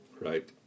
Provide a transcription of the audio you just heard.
right